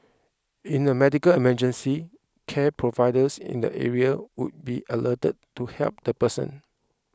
in a medical emergency care providers in the area would be alerted to help the person